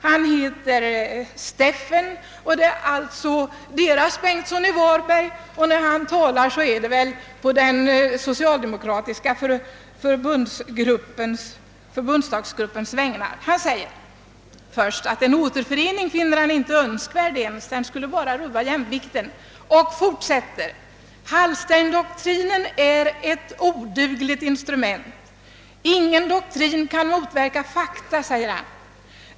Han heter Steffen och han är alltså Västtysklands »Bengtsson i Varberg» och när han talar är det på den socialdemokratiska förbundsdagsgruppens vägnar. Han säger först att han inte finner en återförening ens önskvärd; den skulle bara rubba jämvikten. Han fortsätter: »Hallsteindoktrinen är ett odugligt instrument. Ingen doktrin kan motverka fakta.